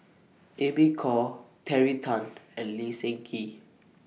Amy Khor Terry Tan and Lee Seng Gee